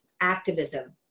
activism